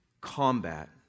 combat